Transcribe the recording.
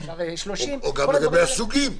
אפשר 30. גם לגבי הסוגים.